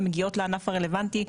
הן מגיעות לענף הרלבנטי,